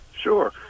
Sure